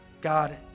God